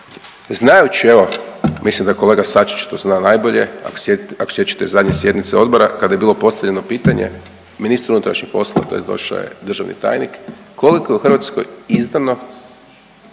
znajući evo, mislim da kolega Sačić to zna najbolje, ako se sjećate zadnje sjednice odbora kada je bilo postavljeno pitanje ministru unutrašnjih poslova, tj. došao je državni tajnik, koliko je u Hrvatskoj izdano,